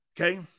okay